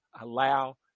allow